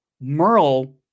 Merle